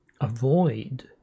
avoid